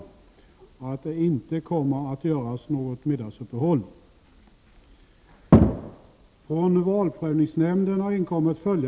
19.00.